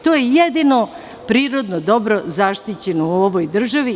To je jedino prirodno dobro zaštićeno u ovoj državi.